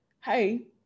hey